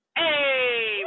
hey